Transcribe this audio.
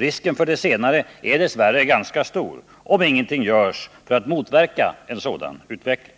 Risken för det senare är dess värre ganska stor om ingenting görs för att motverka en sådan utveckling.